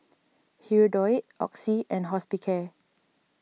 Hirudoid Oxy and Hospicare